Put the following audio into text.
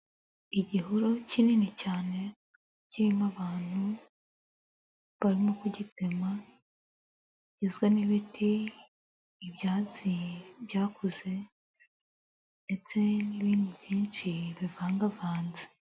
Igihuru kinini cyane, kirimo abantu, barimo kugitema, kigizwe n'ibiti, ibyatsi byakuze ndetse n'ibindi byinshi bivangavanze.